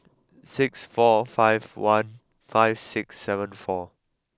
six four five one five six seven four